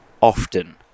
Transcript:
often